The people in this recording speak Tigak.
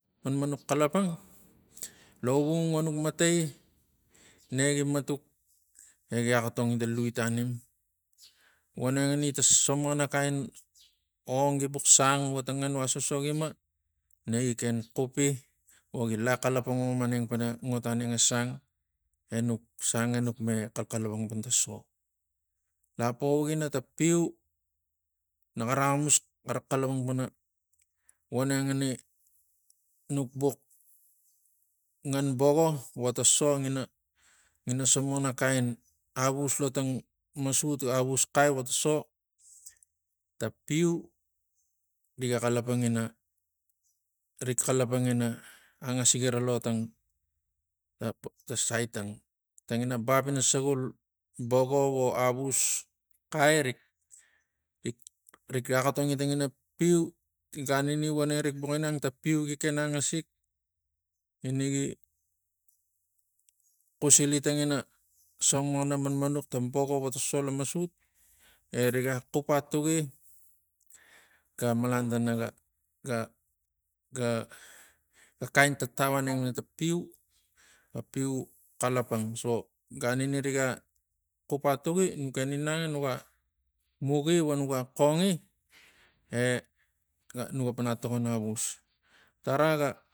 Manmanux xalapang lovung vonuk matai nengi matuk egi axotongi tang lui tanim vonengani tang so manakai ong gibuxx sang vo tang nganu asoso gima negi ken xupi o gi laxalapangom aneng pana ngot aneng ga sang enuk sang enuk xalapang pana tang so la pavak ini tang piu naxara axamus xara xalapang pana vonengani nuk bux ngan bogo vo ta so ngina ngina so manakain avus lo tang masut ga avus xai vo ta so tang piu riga xala pang ina rik xalapang in rik xalapang ina angasikinia lo tang sait ang. Tangina bup ina sagul bogo vo axus xai rik- rik rik- rik axotongi tangina piu ganini voneng rik bux inang ta piu gi ken angasic ina gi xusili tangina song mana manmanux tang bogo, votang so lo masut e riga xup atugi ga malan tana ga- ga- ga kain tatau aneng ta piu ga piu xalapang so gan inariga xup atuki nuken inang nuga muki vo nuga xongi e nuga pana tokon avus